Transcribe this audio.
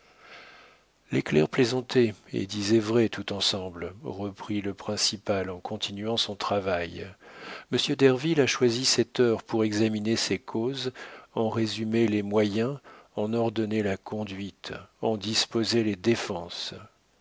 clercs plaisantaient et disaient vrai tout ensemble reprit le principal en continuant son travail monsieur derville a choisi cette heure pour examiner ses causes en résumer les moyens en ordonner la conduite en disposer les défenses